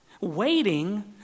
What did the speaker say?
Waiting